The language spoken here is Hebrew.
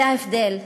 זה ההבדל.